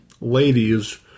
ladies